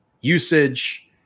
usage